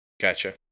Gotcha